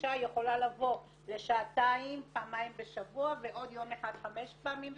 שאישה יכולה לבוא לשעתיים פעמיים בשבוע ועוד יום אחד חמש פעמים בשבוע,